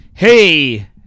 Hey